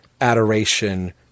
adoration